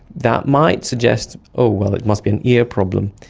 that might suggest, oh well, it must be an ear problem.